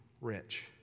rich